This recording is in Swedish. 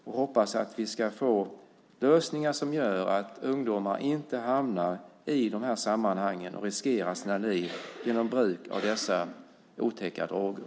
Jag hoppas att vi ska få lösningar som gör att ungdomar inte hamnar i dessa sammanhang och riskerar sina liv genom bruk av dessa otäcka droger.